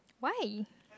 why